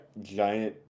giant